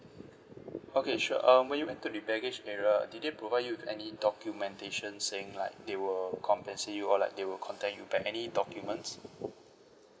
okay sure um when you entered the baggage area did they provide you with any documentation saying like they will compensate you or like they will contact you back any documents